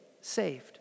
saved